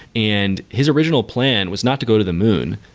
and his original plan was not to go to the moon.